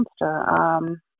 monster